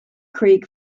creek